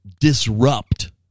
disrupt